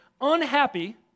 unhappy